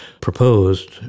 proposed